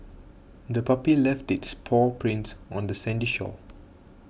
the puppy left its paw prints on the sandy shore